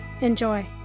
Enjoy